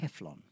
Teflon